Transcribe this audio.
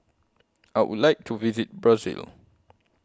I Would like to visit Brazil